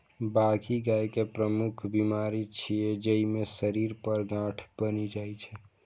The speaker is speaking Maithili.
बाघी गाय के प्रमुख बीमारी छियै, जइमे शरीर पर गांठ बनि जाइ छै